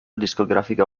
discografica